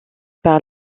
par